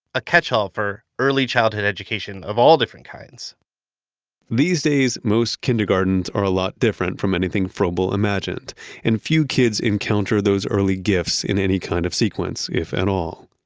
a catchall for early childhood education of all different kinds these days, most kindergartens are a lot different from anything froebel imagined and few kids encounter those early gifts in any kind of sequence, if at and all.